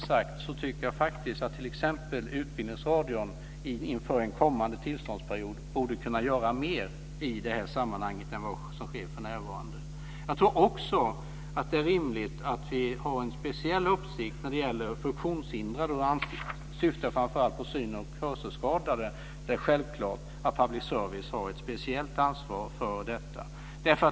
Jag tycker inom parentes sagt att t.ex. Utbildningsradion inför en kommande tillståndsperiod faktiskt borde kunna göra mer än vad som för närvarande sker i det här sammanhanget. Jag tror också att det är rimligt att vi har en speciell policy när det gäller funktionshindrade. Jag syftar framför allt på syn och hörselskadade, som public service-företagen har ett speciellt ansvar för.